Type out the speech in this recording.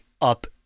up